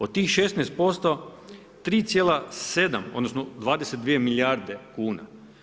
Od tih 16% 3,7 odnosno 22 milijarde kuna.